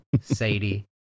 sadie